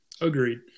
Agreed